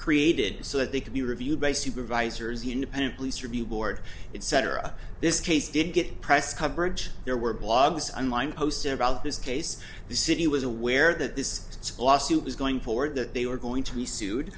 created so that they could be reviewed by supervisors independent police or be board it cetera this case did get press coverage there were blogs on line posting about this case the city was aware that this lawsuit was going forward that they were going to be sued